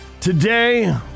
today